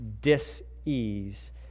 dis-ease